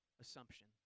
assumption